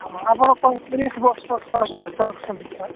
ଆପଣ କୋଉ ତିରିଶ ବ୍ୟବସ୍ଥା ରଖିଛନ୍ତି କି ସାର୍